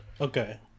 okay